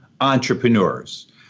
entrepreneurs